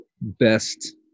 best